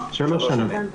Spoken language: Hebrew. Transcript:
שלוש שנים.